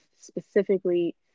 specifically